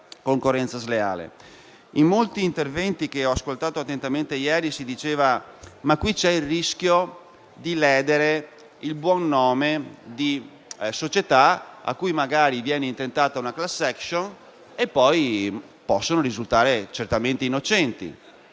In molti interventi che ho ascoltato attentamente ieri si diceva che esiste il rischio di ledere il buon nome di società, verso le quali magari viene intentata una *class action* e che poi possono risultare certamente innocenti.